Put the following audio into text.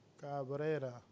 Cabrera